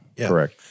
correct